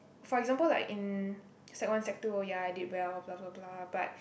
for example like in sec one sec two ya I did well blah blah blah but